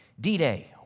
D-Day